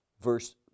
verse